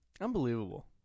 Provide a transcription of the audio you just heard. Unbelievable